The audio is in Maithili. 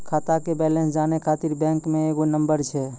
खाता के बैलेंस जानै ख़ातिर बैंक मे एगो नंबर छै?